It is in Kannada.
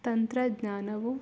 ತಂತ್ರಜ್ಞಾನವು